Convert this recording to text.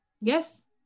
yes